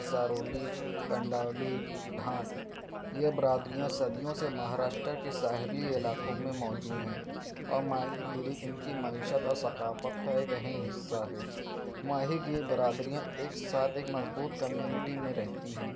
زارولی کنڈاولی ڈھانڈ یہ برادریاں صدیوں سے مہاراشٹر کے ساحلی علاقوں میں موجود ہیں اور ماہی گیری ان کی معیشت اور ثقافت کا ایک اہم حصہ ہے ماہی گیر برادریاں ایک ساتھ ایک مضبوط کمیونٹی میں رہتی ہیں